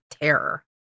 terror